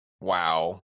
wow